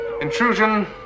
Intrusion